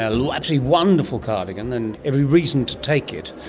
ah so actually wonderful cardigan, and every reason to take it,